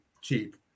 cheap